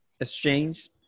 exchange